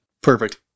Perfect